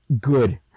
Good